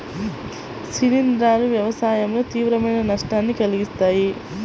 శిలీంధ్రాలు వ్యవసాయంలో తీవ్రమైన నష్టాన్ని కలిగిస్తాయి